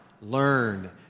learn